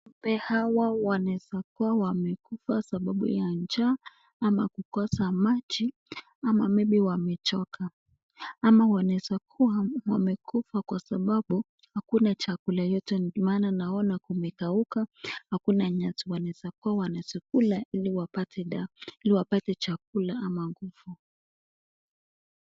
Ng'ombe hawa wanaeza kuwa wamekufa sababu ya njaa ama kukosa maji ama maybe wamechoka ama wanaeza kuwa wamekufa kwa sababu hakuna chakula yoyote maana naona kumekauka, hakuna nyasi wanaweza kuwa wanazikula ili wapate chakula ama nguvu.